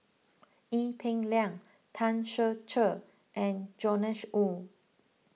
Ee Peng Liang Tan Ser Cher and Joash Moo